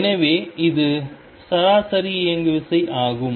எனவே இது சராசரி இயங்குவிசை ஆகும்